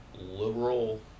liberal